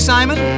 Simon